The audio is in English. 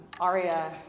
Aria